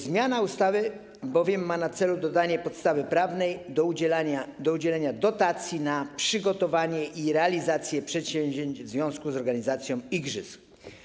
Zmiana ustawy bowiem ma na celu dodanie podstawy prawnej do udzielenia dotacji na przygotowanie i realizację przedsięwzięć w związku z organizacją igrzysk.